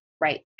Right